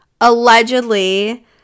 allegedly